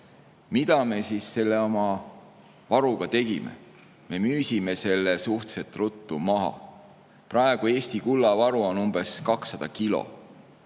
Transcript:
Mida me oma varuga tegime? Me müüsime selle suhteliselt ruttu maha. Praegu on Eesti kullavaru umbes 200 kilo.